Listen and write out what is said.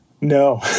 No